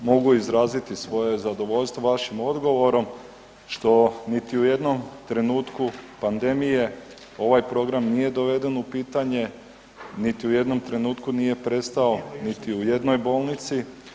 Mogu izraziti svoje zadovoljstvo vašim odgovorom što niti u jednom trenutku pandemije ovaj program nije doveden u pitanje, niti u jednom trenutku nije prestao niti u jednoj bolnici.